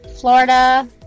Florida